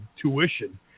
tuition